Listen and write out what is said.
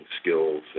skills